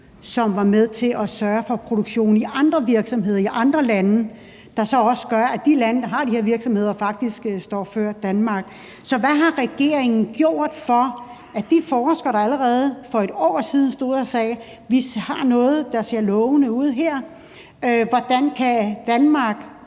som var med til at sørge for produktionen i andre virksomheder i andre lande. Det gør så også, at de lande, der har de her virksomheder, faktisk står før Danmark. Så hvad har regeringen gjort for de forskere, der allerede for et år siden sagde: Vi har noget, der ser lovende ud? Hvordan kan